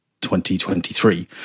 2023